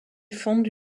fonde